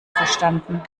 verstanden